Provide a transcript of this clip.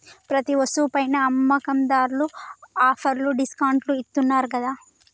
ప్రతి వస్తువు పైనా అమ్మకందార్లు ఆఫర్లు డిస్కౌంట్లు ఇత్తన్నారు గదా